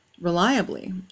reliably